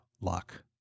luck